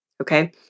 okay